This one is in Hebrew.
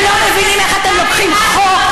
הם לא מבינים איך אתם לוקחים חוק,